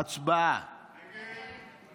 הוועדה, התקבל.